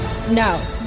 No